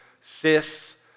cis